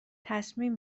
تصمیم